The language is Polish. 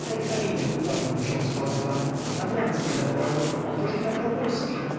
hrabiny ukłonił mu się z kozła a pan łęcki zawołał otóż i pan wokulski